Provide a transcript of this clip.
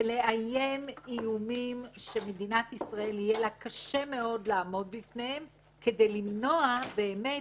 ולאיים איומים שלמדינת ישראל יהיה קשה מאוד לעמוד בפניהם כדי למנוע באמת